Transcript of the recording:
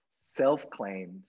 self-claimed